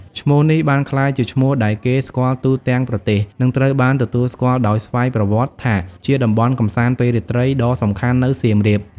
ឈ្មោះនេះបានក្លាយជាឈ្មោះដែលគេស្គាល់ទូទាំងប្រទេស និងត្រូវបានទទួលស្គាល់ដោយស្វ័យប្រវត្តិថាជាតំបន់កម្សាន្តពេលរាត្រីដ៏សំខាន់នៅសៀមរាប។